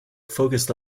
focus